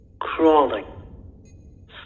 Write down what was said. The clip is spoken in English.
Crawling